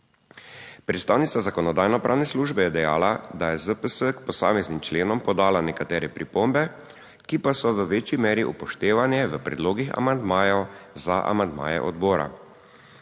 Predstavnica Zakonodajno-pravne službe je dejala, da je ZPS k posameznim členom podala nekatere pripombe, ki pa so v večji meri upoštevane v predlogih amandmajev za amandmaje odbora.